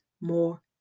more